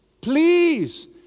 Please